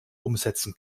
umsetzen